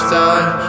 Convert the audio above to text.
time